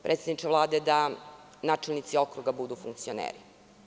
Predsedniče Vlade, loše je da načelnici okruga budu funkcioneri.